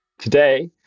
Today